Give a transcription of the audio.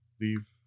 leave